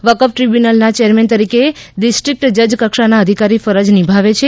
વકફ ટ્રિબ્યુનલના ચેરમેન તરીકે ડિસ્ટ્રીક્ટ જજ કક્ષાના અધિકારી ફરજ નિભાવે છે